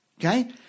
Okay